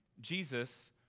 Jesus